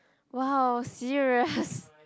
!wow! serious